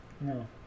No